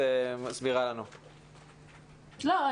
לא.